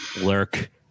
Lurk